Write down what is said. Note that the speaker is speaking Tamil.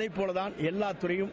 அதை போலத்தான் இன்று எல்லாத் துறையிலும்